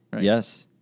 Yes